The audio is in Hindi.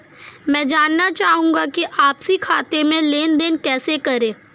मैं जानना चाहूँगा कि आपसी खाते में लेनदेन कैसे करें?